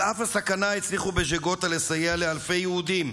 על אף הסכנה הצליחו בז'גוטה לסייע לאלפי יהודים,